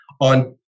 on